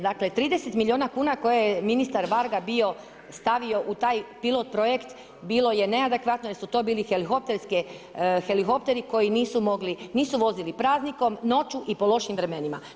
Dakle, 30 miliona kuna koje je ministar Varga bio stavio u taj pilot projekt bilo je neadekvatno jer su to bili helikopterski helikopteri koji nisu mogli, nisu vozili praznikom, noću i po lošim vremenima.